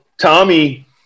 Tommy